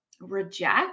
reject